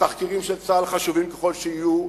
התחקירים של צה"ל, חשובים ככל שיהיו,